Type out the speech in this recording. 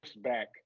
back